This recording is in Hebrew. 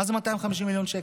מה זה 250 מיליון שקל?